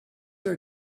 are